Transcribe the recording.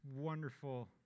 wonderful